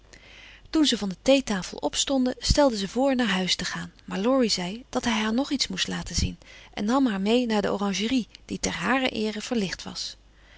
toen ze van de theetafel opstonden stelde ze voor naar huis te gaan maar laurie zei dat hij haar nog iets moest laten zien en nam haar mee naar de oranjerie die ter harer eere verlicht was